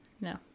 No